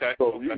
Okay